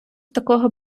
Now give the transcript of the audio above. такого